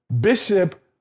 Bishop